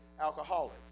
alcoholic